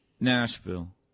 Nashville